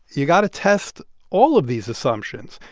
you got to test all of these assumptions,